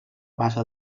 base